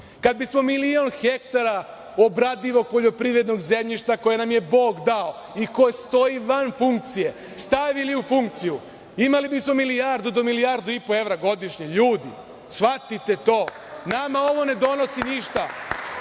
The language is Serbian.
kada bismo milion hektara obradivog poljoprivrednog zemljišta koje nam je Bog dao i koje stoji van funkcije, stavili u funkciju, imali bismo milijardu do milijardu i po evra, godišnje, i shvatite to. Nama ovo ne donosi ništa,